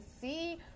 see